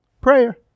Prayer